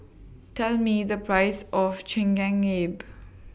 Tell Me The Price of Chigenabe